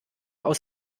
aus